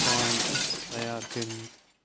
song تَیار کٔرۍمٕتۍ